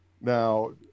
Now